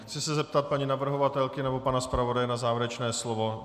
Chci se zeptat paní navrhovatelky nebo pana zpravodaje na závěrečné slovo.